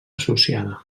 associada